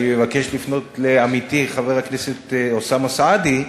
אני מבקש לפנות לעמיתי חבר הכנסת אוסאמה סעדי,